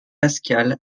pascal